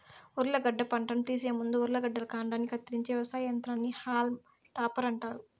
ఉర్లగడ్డ పంటను తీసే ముందు ఉర్లగడ్డల కాండాన్ని కత్తిరించే వ్యవసాయ యంత్రాన్ని హాల్మ్ టాపర్ అంటారు